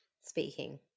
speaking